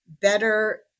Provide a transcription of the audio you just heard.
better